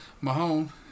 Mahone